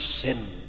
sin